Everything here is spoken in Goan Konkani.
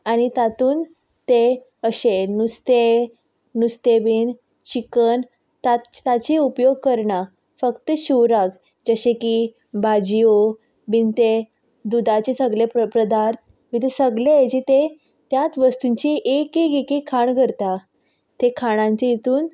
आनी तातूंत तें अशें नुस्तें नुस्तें बीन चिकन ताजें ताजें उपयोग करना फक्त शिवराक जशें की भाजयो बीन ते दुदाचे सगले पदार्थ बी ते सगले हाजे ते त्याच वस्तूंची एक एक खाण करता त्या खाणांच्या हितून